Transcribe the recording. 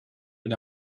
but